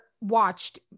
Watched